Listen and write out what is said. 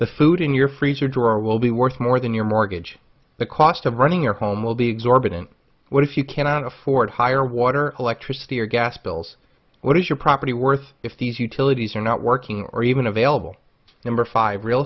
the food in your freezer drawer will be worth more than your mortgage the cost of running your home will be exorbitant what if you cannot afford higher water electricity or gas bills what is your property worth if these utilities are not working or even available number five real